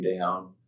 down